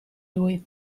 lui